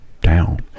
down